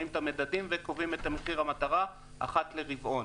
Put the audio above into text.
את המדדים וקובעים את מחיר המטרה אחת לרבעון.